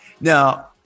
now